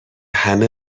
همه